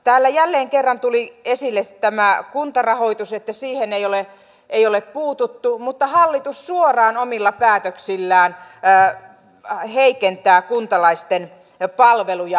täällä jälleen kerran tuli esille tämä kuntarahoitus että siihen ei ole puututtu mutta hallitus suoraan omilla päätöksillään heikentää kuntalaisten palveluja